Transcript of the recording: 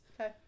okay